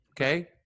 okay